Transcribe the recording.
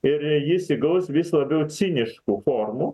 ir jis įgaus vis labiau ciniškų formų